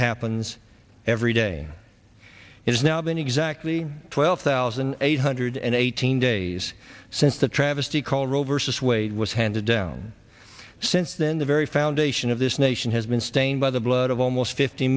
happens every day it is now been exactly twelve thousand eight hundred and eighteen days these since the travesty called roe versus wade was handed down since then the very foundation of this nation has been stained by the blood of almost fifty